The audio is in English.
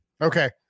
Okay